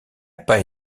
pas